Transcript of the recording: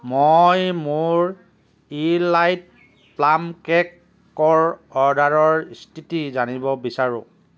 মই মোৰ elite plum কেকৰ অৰ্ডাৰৰ স্থিতি জানিব বিচাৰোঁ